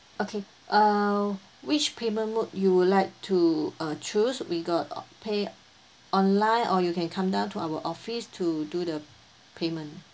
okay err which payment mode you would like to uh choose we got o~ pay online or you can come down to our office to do the payment